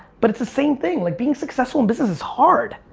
but it's the same thing. like being successful in business is hard.